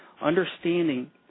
Understanding